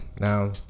Now